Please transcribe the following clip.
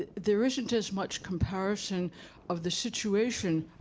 there isn't as much comparison of the situation,